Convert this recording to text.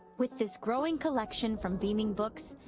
with this growing collection from beaming books,